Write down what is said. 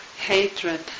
hatred